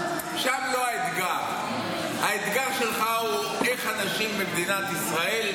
אם אנשים רוצים,